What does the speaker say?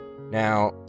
Now